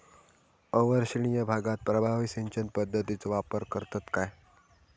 अवर्षणिय भागात प्रभावी सिंचन पद्धतीचो वापर करतत काय?